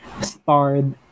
starred